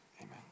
Amen